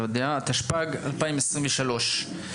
התשפ"ג-2023.